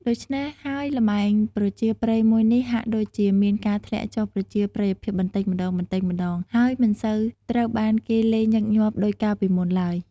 ដូច្នេះហើយល្បែងប្រជាប្រិយមួយនេះ ហាក់ដូចជាមានការធ្លាក់ចុះប្រជាប្រិយភាពបន្តិចម្តងៗ ហើយមិនសូវត្រូវបានគេលេងញឹកញាប់ដូចកាលពីមុនឡើយ។